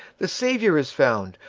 the savior is found.